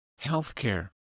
healthcare